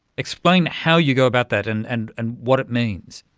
explain how you go about that and and and what it means.